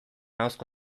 ahozko